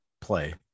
play